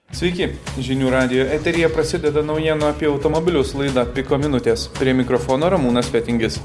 sveiki žinių radijo eteryje prasideda naujienų apie automobilius laida piko minutės prie mikrofono ramūnas fetingis